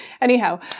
Anyhow